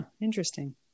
interesting